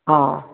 हा